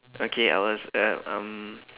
okay I was uh um